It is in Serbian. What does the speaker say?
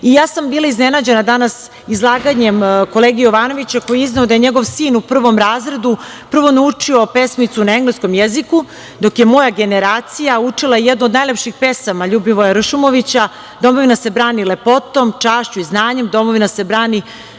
sam bila iznenađena danas izlaganjem kolege Jovanovića, koji je izneo da je njegov sin u prvom razredu prvo naučio pesmicu na engleskom jeziku, dok je moja generacija učila jednu od najlepših pesama Ljubivoja Ršumovića „Domovina se brani lepotom, čašću i znanjem. Domovina se brani